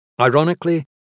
Ironically